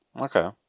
Okay